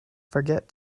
forget